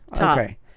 Okay